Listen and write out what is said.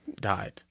died